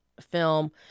film